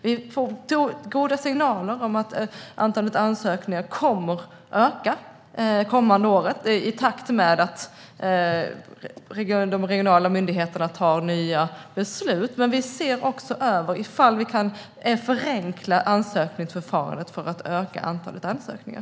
Vi får goda signaler om att antalet ansökningar kommer att öka under kommande år i takt med att de regionala myndigheterna tar nya beslut. Men vi ser också över ifall vi kan förenkla ansökningsförfarandet för att öka antalet ansökningar.